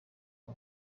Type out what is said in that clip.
kwa